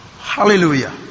Hallelujah